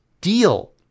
deal